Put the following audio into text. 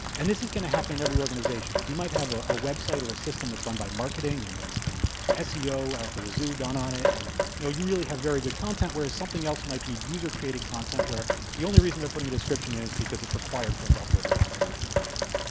and this is going to happen in every organization. because you might have ah a website or a system that's run by marketing, and there's been seo out the wazoo done on it. and you know you really have very good content, whereas something else might be user created content, where the only reason they're putting a description is because it's required for them to upload the content in the first place.